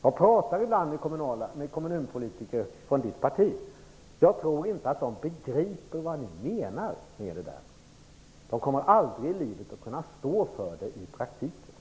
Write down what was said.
Jag pratar ibland med kommunpolitiker från Bo Lundgrens parti, och jag tror inte att de begriper vad ni menar med det där. De kommer aldrig i livet att kunna stå för det i praktiken.